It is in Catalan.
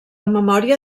memòria